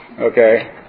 okay